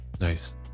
Nice